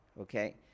Okay